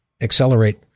accelerate